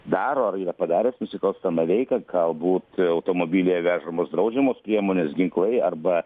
daro ar yra padaręs nusikalstamą veiką galbūt automobilyje vežamas draudžiamos priemonės ginklai arba